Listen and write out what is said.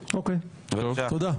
אוקיי, תודה.